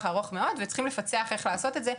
הארוך מאוד וצריכים לפצח איך לעשות את זה,